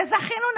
וזכינו,